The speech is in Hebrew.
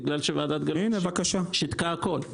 בגלל שהוועדה שיתקה הכל.